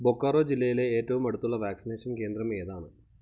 ബൊക്കാറോ ജില്ലയിലെ ഏറ്റവും അടുത്തുള്ള വാക്സിനേഷൻ കേന്ദ്രം ഏതാണ്